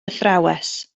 athrawes